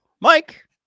Mike